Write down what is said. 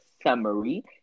summary